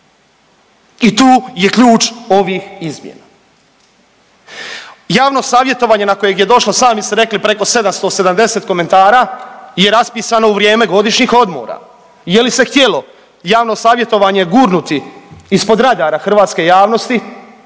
I tu je ključ ovih izmjena. Javno savjetovanje na koje je došlo sami ste rekli preko 770 komentara je raspisano u vrijeme godišnjih odmora. Je li se htjelo javno savjetovanje gurnuti ispod radara hrvatske javnosti